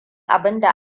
abinda